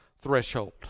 threshold